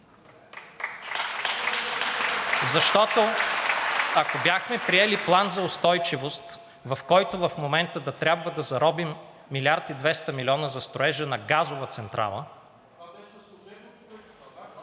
Защото, ако бяхме приели план за устойчивост, в който в момента да трябва да заробим 1 млрд. 200 млн. за строежа на газова централа…